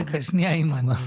רגע, שנייה אימאן.